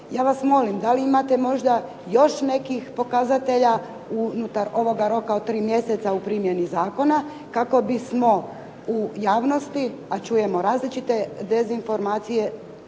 Ja vas molim, da li imate možda još nekih pokazatelja unutar ovoga roka od tri mjeseca u primjeni zakona, kako bismo u javnosti, a čujemo različite dezinformacije